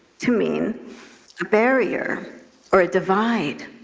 to mean a barrier or a divide.